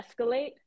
escalate